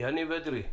יניב אדרי,